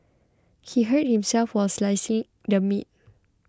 he hurt himself while slicing the meat